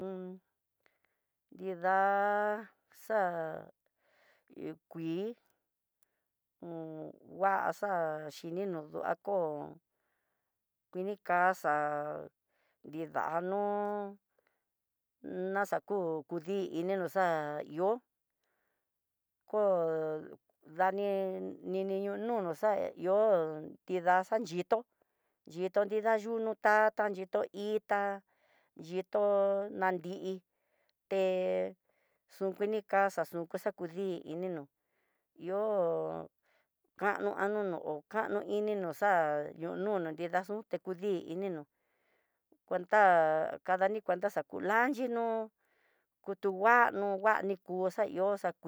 nrida xa'á hi kui nguaxa, kini no ndako, kuini kaxa'á, nridano naxaku kudii ininó xa'á, ihó kó dani nini ñununuxa ihó nrida xayitó xhito nrida yunu tata, xhiton itá xhiton nanri te xukuini kaxa xunxakudii ininó ihó kano anono, kano ini noxaá ñonono nrida yuté kudi ininó, cuenta kadani cuenta xaku lanchinó kutu nguano nguani ku xa ihó xa kuii ko xukun xa'á ndoñonu nakuina dite nuñono xa kino noneti ño'o ani ndakaxa, yonunu xadeni ihó yuduno té yiko yunote ngua taxhi naxakuxa yikoya nunu, danyiko ña'á tachi no xhinó ndaxhiko nida nanduxhi nó ñoo ya'á te kaini nguana xani xani inito no nrió xistatuya ninda te ñadinguena ní, kuxhini yonadinguini taxtuxa yo isto no nrios xa ní nikuxhi na tata nioté nidita no ihó ya'á texona mena nakutavi na no isto no nrios xa yó nrida xa tuyá.